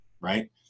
right